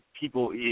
people